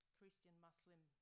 Christian-Muslim